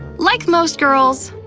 like most girls,